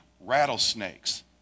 Rattlesnakes